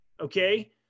okay